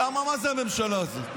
למה מה זאת הממשלה הזאת?